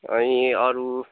अनि अरू